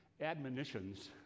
admonitions